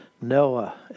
Noah